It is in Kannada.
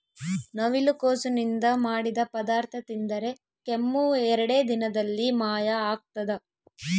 ನವಿಲುಕೋಸು ನಿಂದ ಮಾಡಿದ ಪದಾರ್ಥ ತಿಂದರೆ ಕೆಮ್ಮು ಎರಡೇ ದಿನದಲ್ಲಿ ಮಾಯ ಆಗ್ತದ